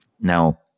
Now